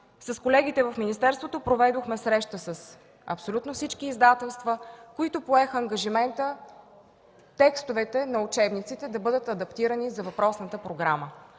с колегите в министерството проведохме среща с абсолютно всички издателства, които поеха ангажимента текстовете на учебниците да бъдат адаптирани за въпросната програма.